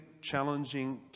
challenging